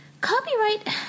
copyright